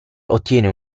ottiene